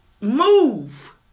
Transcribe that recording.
move